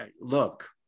look